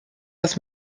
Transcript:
das